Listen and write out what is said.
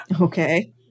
Okay